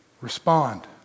Respond